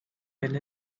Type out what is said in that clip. well